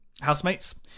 housemates